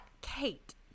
Kate